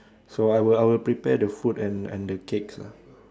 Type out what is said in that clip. so I will I will prepare the food and and the cakes lah